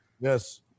Yes